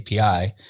API